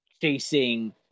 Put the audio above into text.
chasing